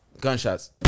Gunshots